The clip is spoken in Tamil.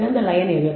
சிறந்த லயன் எது